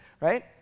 right